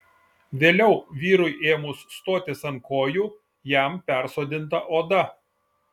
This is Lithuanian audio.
vėliau vyrui ėmus stotis ant kojų jam persodinta oda